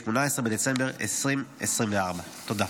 18 בדצמבר 2024. תודה.